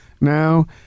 now